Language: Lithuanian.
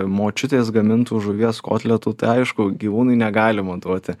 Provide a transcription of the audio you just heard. močiutės gamintų žuvies kotletų tai aišku gyvūnui negalima duoti